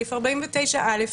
סעיף 49(א),